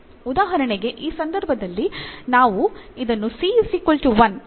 ಉದಾಹರಣೆಗೆ ಈ ಸಂದರ್ಭದಲ್ಲಿ ನಾವು ಇದನ್ನು c 1 ತೆಗೆದುಕೊಂಡರೆ